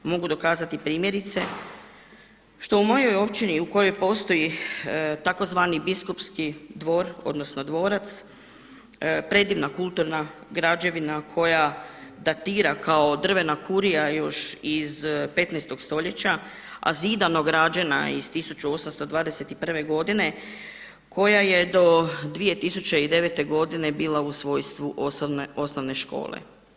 Mogu dokazati primjerice što u mojoj općini u kojoj postoji tzv. Biskupski dvor, odnosno dvorac, predivna kulturna građevina koja datira kao drvena kurija još iz 15.-og stoljeća a zidano građena iz 1821. godine koja je do 2009. godine bila u svojstvu osnovne škole.